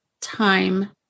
time